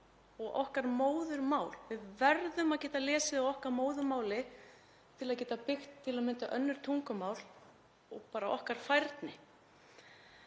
og okkar móðurmál. Við verðum að geta lesið á okkar móðurmáli til að geta byggt til að mynda önnur tungumál og bara okkar færni.